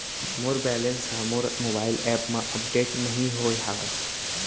मोर balance हा मोर mobile app मा अपडेट नहीं होय हवे